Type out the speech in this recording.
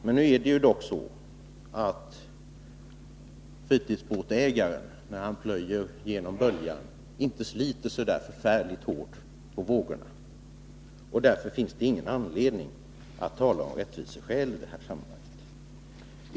Men när fritidsbåtägaren plöjer genom böljorna sliter han inte så förfärligt hårt på vågorna, och därför finns det ingen anledning att tala om rättviseskäl i det här sammanhanget. Fru talman!